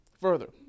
further